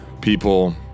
people